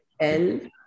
-l